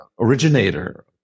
originator